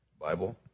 Bible